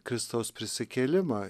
kristaus prisikėlimą